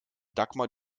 dagmar